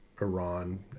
Iran